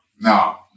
No